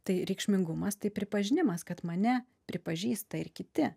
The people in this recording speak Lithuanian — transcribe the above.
tai reikšmingumas tai pripažinimas kad mane pripažįsta ir kiti